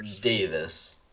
Davis